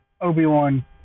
Obi-Wan